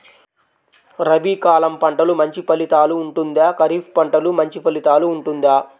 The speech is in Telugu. రబీ కాలం పంటలు మంచి ఫలితాలు ఉంటుందా? ఖరీఫ్ పంటలు మంచి ఫలితాలు ఉంటుందా?